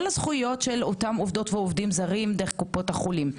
הזכויות של עובדות ועובדים זרים דרך קופות החולים.